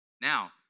Now